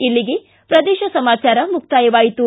ಇಲ್ಲಿಗೆ ಪ್ರದೇಶ ಸಮಾಚಾರ ಮುಕ್ತಾಯವಾಯಿತು